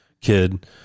kid